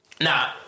Nah